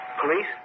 Police